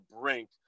brink